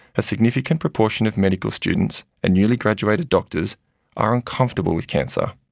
a significant proportion of medical students and newly-graduated doctors are uncomfortable with cancer.